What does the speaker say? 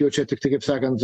jau čia tiktai kaip sakant